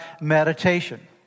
meditation